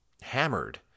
hammered